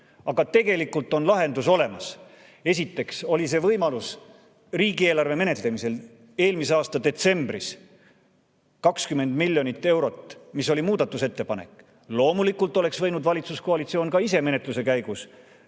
tegelikult on lahendus olemas. Esiteks oli see võimalus riigieelarve menetlemisel eelmise aasta detsembris, 20 miljonit eurot, mis oli muudatusettepanekus. Loomulikult oleks võinud valitsuskoalitsioon ka ise menetluse käigus